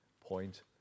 point